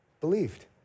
believed